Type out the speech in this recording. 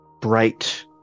bright